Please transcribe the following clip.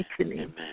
Amen